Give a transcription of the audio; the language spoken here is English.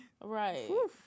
right